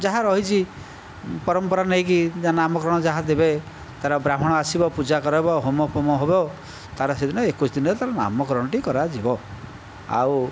ଯାହା ରହିଛି ପରମ୍ପରା ନେଇକି ଯାହା ନାମକରଣ ଯାହା ଦେବେ ତା'ର ବ୍ରାହ୍ମଣ ଆସିବ ପୂଜା କରାଇବ ହୋମ ଫୋମ ହେବ ତା'ର ସେଦିନ ଏକୋଇଶ ଦିନରେ ତା'ର ନାମକରଣଟି କରାଯିବ ଆଉ